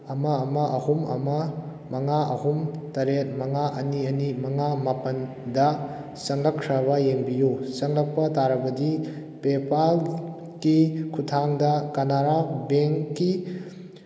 ꯑꯃ ꯑꯃ ꯑꯍꯨꯝ ꯑꯃ ꯃꯉꯥ ꯑꯍꯨꯝ ꯇꯔꯦꯠ ꯃꯉꯥ ꯑꯅꯤ ꯑꯅꯤ ꯃꯉꯥ ꯃꯥꯄꯜꯗ ꯆꯪꯂꯛꯈ꯭ꯔꯕ ꯌꯦꯡꯕꯤꯌꯨ ꯆꯪꯂꯛꯄ ꯇꯥꯔꯕꯗꯤ ꯄꯦꯄꯥꯜꯀꯤ ꯈꯨꯊꯥꯡꯗ ꯀꯅꯥꯔꯥ ꯕꯦꯡꯀꯤ